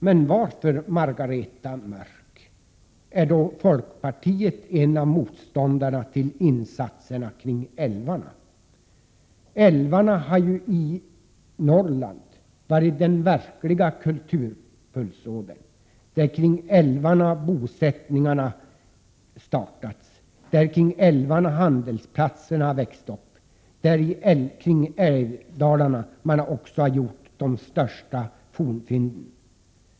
Men varför, Margareta Mörck, är då folkpartiet en av motståndarna till insatser kring älvarna? Älvarna har i Norrland varit den verkliga kulturpulsådern. Det är kring älvarna som bosättningarna påbörjats. Det är kring älvarna som handelsplatserna har växt upp. Det är också längs älvdalarna som man har gjort de största fornfynden.